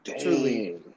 Truly